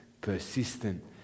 persistent